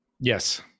Yes